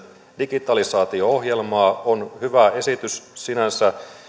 digitalisaatio ohjelmaa ja on hyvä esitys sinänsä